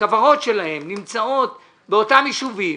שהכוורות שלהם נמצאות באותם ישובים,